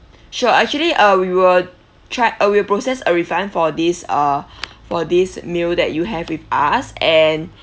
sure actually uh we will try uh we will process a refund for this uh for this meal that you have with us and